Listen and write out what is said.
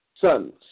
sons